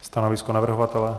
Stanovisko navrhovatele?